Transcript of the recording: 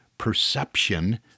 perception